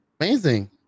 amazing